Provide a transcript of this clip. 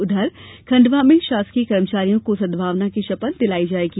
उधर खंडवा में शासकीय कर्मचारियों को सद्भावना की शपथ दिलाई जाएगी